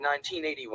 1981